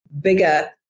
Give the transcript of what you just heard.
bigger